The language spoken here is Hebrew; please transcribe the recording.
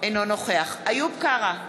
אינו נוכח איוב קרא,